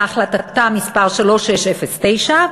בהחלטתה מס' 3609,